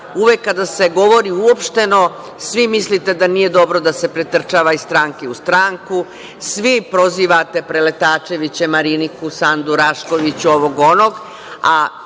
Uvek kada se govori uopšteno, svi mislite da nije dobro da se pretrčava iz stranke u stranku, svi prozivate preletačeviće, Mariniku, Sandu Rašković, ovog, onog,